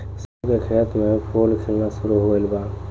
सरसों के खेत में फूल खिलना शुरू हो गइल बा